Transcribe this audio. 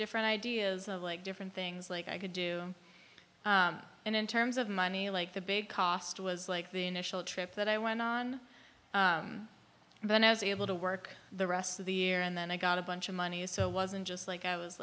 different ideas of like different things like i could do and in terms of money like the big cost was like the initial trip that i went on and then i was able to work the rest of the year and then i got a bunch of money is so it wasn't just like i was